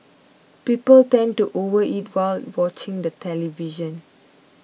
people tend to overeat while watching the television